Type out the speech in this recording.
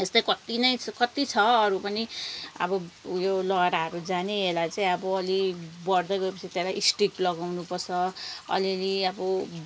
यस्तै कत्ति नै छ कति छ अरू पनि अब उयो लहराहरू जाने यसलाई चाहिँ अब अलिक बढ्दै गए पछि त्यसलाई स्टिक लगाउनुपर्छ अलिअलि अब